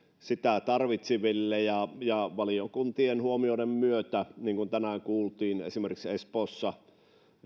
sitä tarvitseville ja ja valiokuntien huomioiden myötä niin kuin tänään kuultiin esimerkiksi espoossa